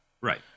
Right